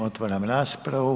Otvaram raspravu.